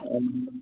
ହଉ